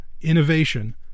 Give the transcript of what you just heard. innovation